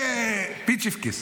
זה פיצ'פקעס.